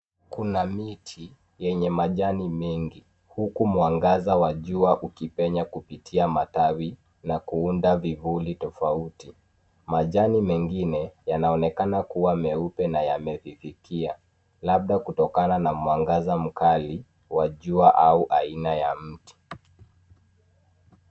Kuna miti yenye majani mengi, huku mwangaza wa jua ukipenya kupitia matawi na kuunda vivuli tofauti. Majani mengine yanaonekana kuwa meupe na yamedhidhikia, labda kutokana na mwangaza mkali wa jua au aina ya mti.